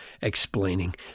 explaining